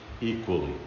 equally